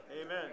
Amen